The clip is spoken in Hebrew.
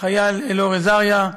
החייל אלאור עזריה.